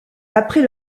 après